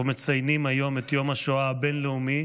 אנחנו מציינים היום את יום השואה הבין-לאומי,